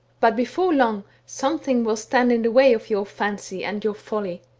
but, before long, something will stand in the way of your fancy, and your folly.